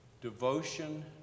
Devotion